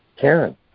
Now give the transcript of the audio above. Karen